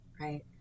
Right